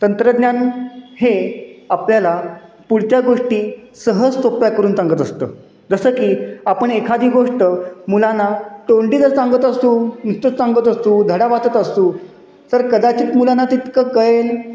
तंत्रज्ञान हे आपल्याला पुढच्या गोष्टी सहज सोप्या करून सांगत असतं जसं की आपण एखादी गोष्ट मुलांना तोंडी जर सांगत असू नुसतच सांगत असू धडा वाचत असू तर कदाचित मुलांना तितकं कळेल